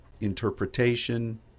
interpretation